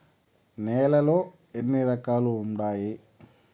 నేలలు ఎన్ని రకాలు వుండాయి?